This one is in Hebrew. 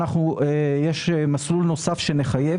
יש מסלול שמחייב,